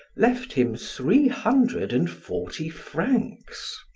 left him three hundred and forty francs.